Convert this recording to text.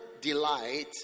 delight